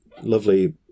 lovely